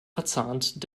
verzahnt